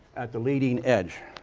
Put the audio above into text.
at the leading edge,